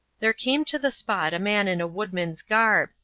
there came to the spot a man in a woodman's garb,